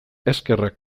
eskerrak